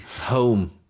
Home